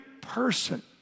person